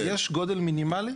אז יש גודל מינימלי?